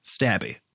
Stabby